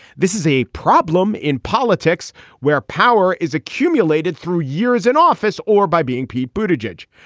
this is a problem in politics where power is accumulated through years in office or by being p. bhuta jej.